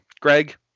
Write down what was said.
Greg